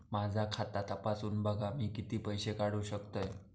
माझा खाता तपासून बघा मी किती पैशे काढू शकतय?